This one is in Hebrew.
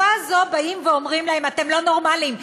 בתקופה הזו באים ואומרים להם: אתם לא נורמליים,